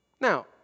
Now